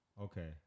okay